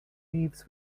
leaves